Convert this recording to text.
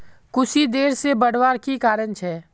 कुशी देर से बढ़वार की कारण छे?